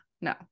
No